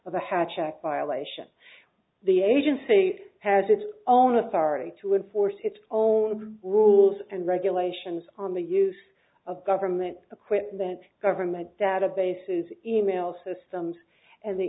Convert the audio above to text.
the hatch act violations the agency has its own authority to enforce its own rules and regulations on the use of government to quit government databases email systems and the